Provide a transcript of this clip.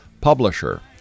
publisher